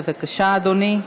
בבקשה, אדוני.